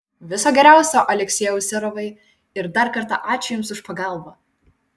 viso geriausio aleksejau serovai ir dar kartą ačiū jums už pagalbą